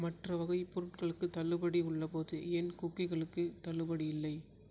மற்ற வகைப் பொருட்களுக்குத் தள்ளுபடி உள்ளபோது ஏன் குக்கீகளுக்குத் தள்ளுபடி இல்லை